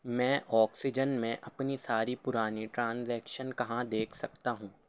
میں آکسیجن میں اپنی ساری پرانی ٹرانزیکشنز کہاں دیکھ سکتا ہوں